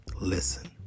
listen